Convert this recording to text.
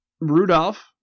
Rudolph